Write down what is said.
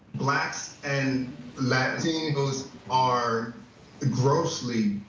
blacks and latinos are grossly,